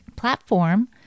Platform